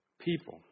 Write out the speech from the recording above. people